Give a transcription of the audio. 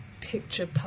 picture